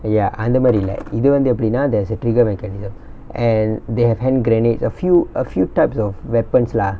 ya அந்தமாரி இல்ல இது வந்து எப்டினா:anthamaari illa ithu vanthu epdinaa there's a trigger mechanism and they have hand grenades a few a few types of weapons lah